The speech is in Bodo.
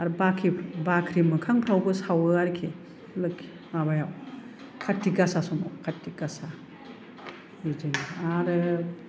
आरो बाख्रि मोखांफोरावबो सावो आरोखि माबायाव काटि गासा समाव काटि गासा बिदिनो आरो